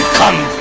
come